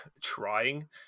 trying